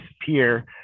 disappear